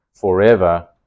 forever